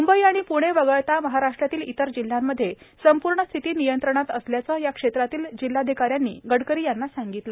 मुंबइ आणि प्णे वगळता महाराष्ट्रातील इतर जिल्ह्यांमध्ये संपूर्ण स्थिती नियंत्रणात असल्याचे या क्षेत्रातील जिल्हाधिकारी यांनी गडकरी यांना सांगितले